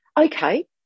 Okay